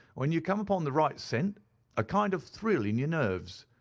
when you come upon the right scent a kind of thrill in your nerves.